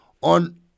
on